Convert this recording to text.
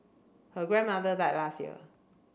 her grandmother died last year